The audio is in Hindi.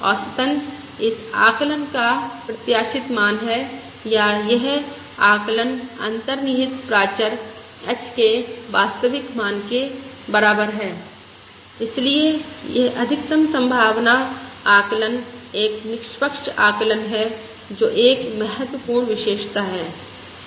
औसतन इस आकलन का प्रत्याशित मान है या यह आकलक अंतर्निहित प्राचर h के वास्तविक मान के बराबर है और इसलिए यह अधिकतम संभावना आकलन एक निष्पक्ष आकलन है जो एक महत्वपूर्ण विशेषता है